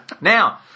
now